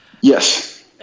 Yes